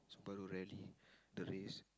Subaru rarely the race